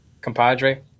Compadre